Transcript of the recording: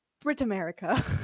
Brit-America